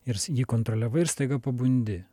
ir jį kontroliavai ir staiga pabundi